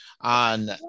on